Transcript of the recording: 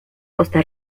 costa